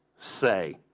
say